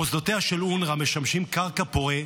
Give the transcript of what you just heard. מוסדותיה של אונר"א משמשים קרקע פורייה